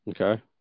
Okay